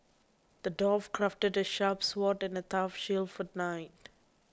the dwarf crafted a sharp sword and a tough shield for the knight